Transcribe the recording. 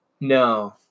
No